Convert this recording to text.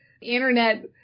internet